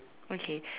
okay